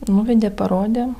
nuvedė parodė